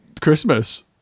Christmas